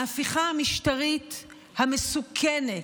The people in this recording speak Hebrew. ההפיכה המשטרית המסוכנת,